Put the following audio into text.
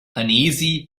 uneasy